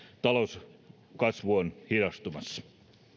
talouskasvu on hidastumassa